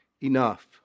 enough